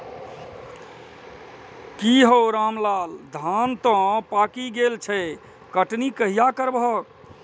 की हौ रामलाल, धान तं पाकि गेल छह, कटनी कहिया करबहक?